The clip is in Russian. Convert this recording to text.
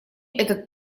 этот